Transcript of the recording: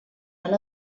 van